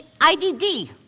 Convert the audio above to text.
IDD